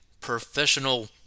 professional